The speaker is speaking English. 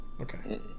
Okay